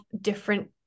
different